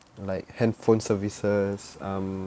like handphone services um